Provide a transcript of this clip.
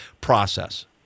process